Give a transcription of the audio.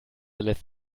lässt